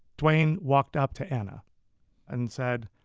dwayne walked up to anna and said,